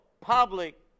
public